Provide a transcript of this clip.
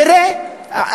תראה,